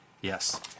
Yes